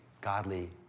godly